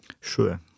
Sure